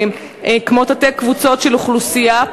כמו תתי-קבוצות של אוכלוסייה,